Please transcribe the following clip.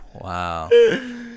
wow